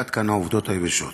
עד כאן העובדות היבשות.